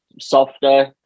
softer